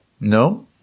No